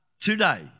today